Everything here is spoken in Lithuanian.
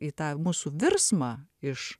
į tą mūsų virsmą iš